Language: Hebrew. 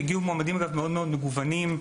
הגיעו מועמדים מאוד מאוד מגוונים,